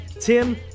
Tim